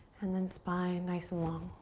and then spine nice and long.